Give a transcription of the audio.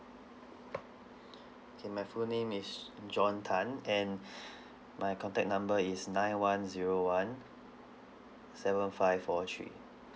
okay my full name is john tan and my contact number is nine one zero one seven five four three